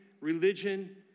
religion